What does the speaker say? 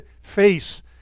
face